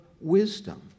wisdom